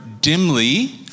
dimly